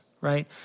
right